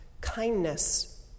kindness